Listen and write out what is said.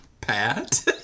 Pat